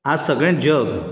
आयज सगळें जग